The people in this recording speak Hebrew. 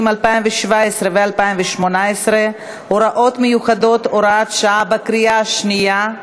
2017 ו-2018 (הוראות מיוחדות) (הוראת שעה) בקריאה שנייה.